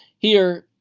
here,